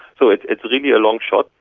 so it's it's really a long shot,